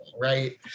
right